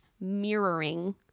mirroring